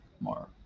more